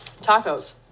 Tacos